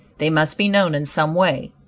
they must be known in some way,